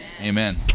Amen